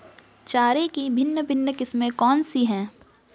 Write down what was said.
चारे की भिन्न भिन्न किस्में कौन सी हैं?